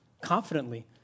confidently